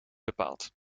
bepaald